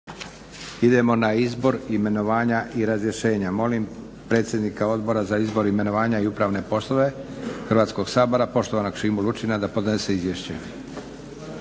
Idemo na izbor, imenovanja i razrješenja. Molim predsjednika Odbora za izbor, imenovanja i upravne poslove Hrvatskog sabora poštovanog Šimu Lučina da podnese izvješće.